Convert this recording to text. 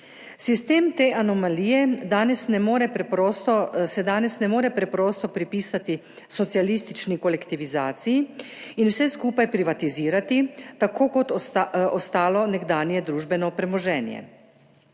Sistem te anomalije se danes ne more preprosto pripisati socialistični kolektivizaciji in vse skupaj privatizirati tako kot ostalo nekdanje družbeno premoženje.